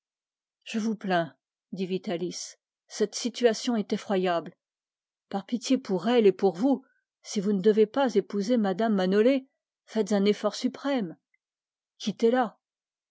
par pitié pour elle et pour vous si vous ne devez pas épouser mme manolé faites un effort suprême quittez la